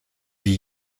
die